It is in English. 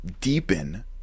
deepen